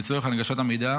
לצורך הנגשת המידע